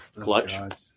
Clutch